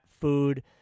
food